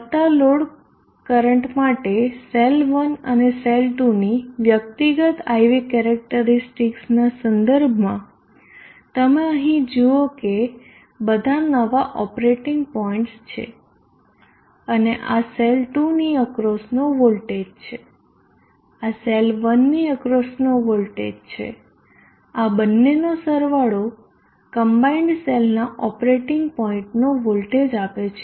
વધતા load current માટે cell 1 અને સેલ 2ની વ્યક્તિગત IV કેરેક્ટરીસ્ટિકસ ના સંદર્ભમાં તમે અહી જૂઓ કે બધા નવા ઓપરેટીંગ પોઈન્ટસ છે અને આ સેલ 2ની અક્રોસ નો વોલ્ટેજ છે આ સેલ 1ની અક્રોસ નો વોલ્ટેજ છે આ બન્નેનો સરવાળો કમ્બાઈન્ડ સેલનાં ઓપરેટીંગ પોઈન્ટનો વોલ્ટેજ આપે છે